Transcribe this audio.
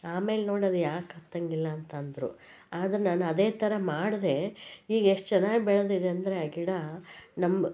ಆಮೇಲೆ ನೋಡು ಅದು ಯಾಕೆ ಹತ್ತೋಂಗಿಲ್ಲ ಅಂತಂದರು ಆದರೂ ನಾನು ಅದೇ ಥರ ಮಾಡಿದೆ ಈಗ ಎಷ್ಟು ಚೆನ್ನಾಗ್ ಬೆಳೆದಿದೆ ಅಂದರೆ ಆ ಗಿಡ ನಮ್ಮ